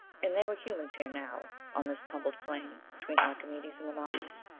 and there were humans here now. on this tumbled plain, between archimedes and the mountains,